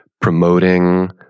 promoting